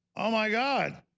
oh my god.